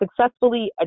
successfully